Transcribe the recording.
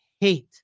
hate